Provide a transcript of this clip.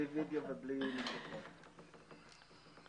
ולא צריך להאריך אותם?